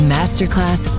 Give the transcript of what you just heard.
Masterclass